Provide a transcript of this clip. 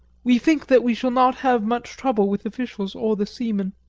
we think that we shall not have much trouble with officials or the seamen.